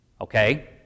Okay